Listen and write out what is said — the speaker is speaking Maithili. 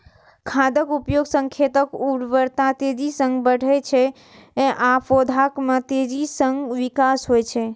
खादक उपयोग सं खेतक उर्वरता तेजी सं बढ़ै छै आ पौधा मे तेजी सं विकास होइ छै